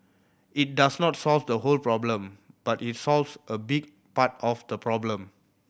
it does not solve the whole problem but it solves a big part of the problem